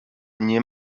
nie